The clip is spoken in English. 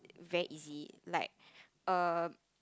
very easy like err